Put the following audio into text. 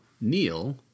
Neil